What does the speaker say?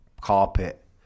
carpet